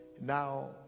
now